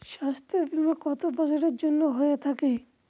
স্বাস্থ্যবীমা কত বছরের জন্য হয়ে থাকে?